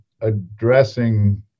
addressing